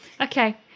okay